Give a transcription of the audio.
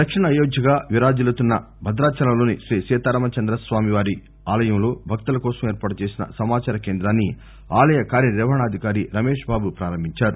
దక్షిణ అయోధ్యగా విరాజిల్లుతున్న భదాచలంలోని శ్రీ సీతారామచంద స్వామివారి ఆలయంలో భక్తుల కోసం ఏర్పాటు చేసిన సమాచార కేంద్రాన్ని ఆలయ కార్యనిర్వహణాధికారి రమేష్బాబు పారంభించారు